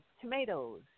tomatoes